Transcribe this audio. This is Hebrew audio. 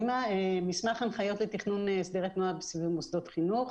מסמך הנחיות לתכנון הסדר התנועה סביב מוסדות חינוך.